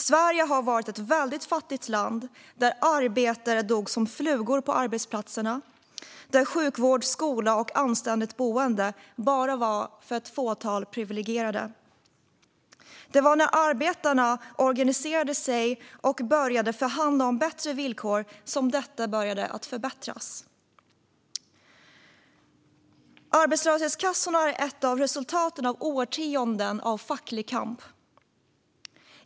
Sverige har varit ett väldigt fattigt land där arbetare dog som flugor på arbetsplatserna och där sjukvård, skola och anständigt boende bara var för ett fåtal privilegierade. Det var när arbetarna organiserade sig och började förhandla om bättre villkor som detta började förbättras. Arbetslöshetskassorna är ett av resultaten av årtionden av facklig kamp.